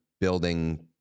building